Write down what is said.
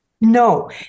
No